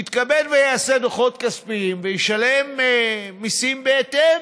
יתכבד ויעשה דוחות כספיים וישלם מיסים בהתאם.